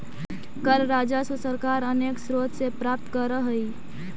कर राजस्व सरकार अनेक स्रोत से प्राप्त करऽ हई